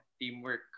teamwork